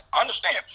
understand